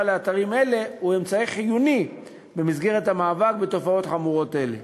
לאתרים אלה הוא אמצעי חיוני במסגרת המאבק בתופעות חמורות אלה.